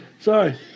sorry